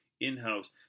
in-house